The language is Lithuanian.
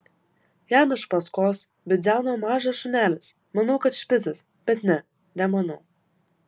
jam iš paskos bidzeno mažas šunelis manau kad špicas bet ne nemanau